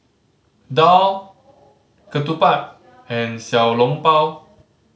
daal ketupat and Xiao Long Bao